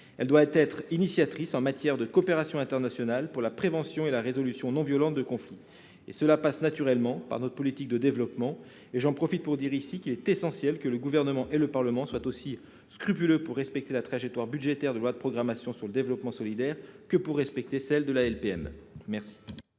Elle doit être initiatrice en matière de coopération internationale pour la prévention et la résolution non violente de conflits, ce qui passe naturellement par notre politique de développement. J'en profite pour dire ici qu'il est essentiel que le Gouvernement et le Parlement soient aussi scrupuleux pour respecter la trajectoire budgétaire de la loi de programmation relative au développement solidaire que pour celle de la LPM. Quel